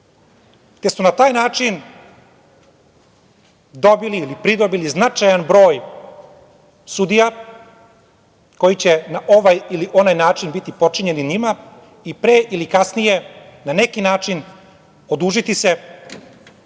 te su na taj način dobili ili pridobili značajan broj sudija koji će na ovaj ili onaj način biti potčinjeni njima, i pre ili kasnije na neki način odužiti se